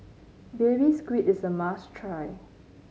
Baby Squid is a must try